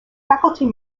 faculty